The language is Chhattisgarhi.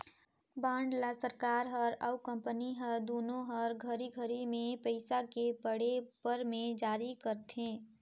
बांड ल सरकार हर अउ कंपनी हर दुनो हर घरी घरी मे पइसा के पड़े उपर मे जारी करथे